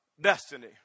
destiny